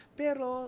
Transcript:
pero